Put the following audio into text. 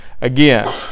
again